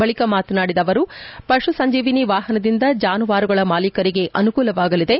ಬಳಿಕ ಮಾತನಾಡಿದ ಅವರು ಪಶು ಸಂಜೀವಿನಿ ವಾಹನದಿಂದ ಜಾನುವಾರುಗಳ ಮಾಲೀಕರಿಗೆ ಅನುಕೂಲವಾಗಲಿದೆ